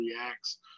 reacts